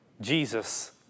Jesus